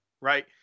right